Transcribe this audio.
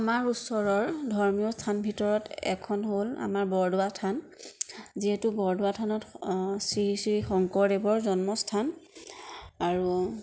আমাৰ ওচৰৰ ধৰ্মীয় স্থানৰ ভিতৰত এখন হ'ল আমাৰ বৰদোৱা থান যিহেতু বৰদোৱা থানত শ্ৰী শ্ৰী শংকৰদেৱৰ জন্মস্থান আৰু